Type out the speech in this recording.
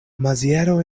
maziero